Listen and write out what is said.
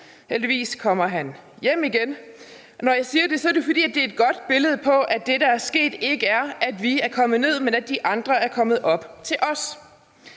heldigvis hjem igen. Når jeg siger det, er det, fordi det er et godt billede på, at det, der er sket, ikke er, at vi er kommet ned, men at de andre er kommet op til os,